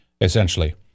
essentially